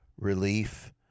relief